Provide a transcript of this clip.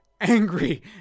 angry